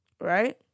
right